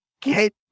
Get